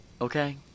Okay